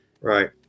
right